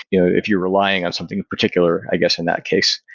if you're relying on something particular, i guess in that case,